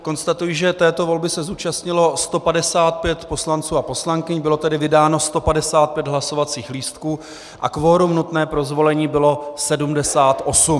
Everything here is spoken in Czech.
Konstatuji, že této volby se zúčastnilo 155 poslanců a poslankyň, bylo tedy vydáno 155 hlasovacích lístků a kvorum nutné pro zvolení bylo 78.